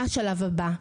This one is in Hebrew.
מה השלב הבא?